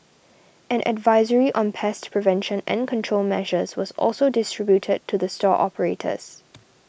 an advisory on pest prevention and control measures was also distributed to the store operators